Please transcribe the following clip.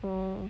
oh